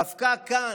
דווקא כאן,